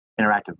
interactive